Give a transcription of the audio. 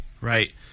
right